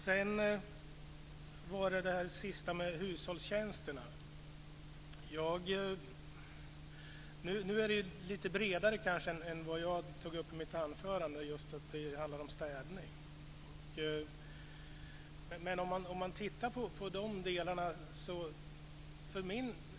Sedan var det hushållstjänsterna. Nu är det här lite bredare än det jag tog upp i mitt anförande, dvs. att det handlar om städning.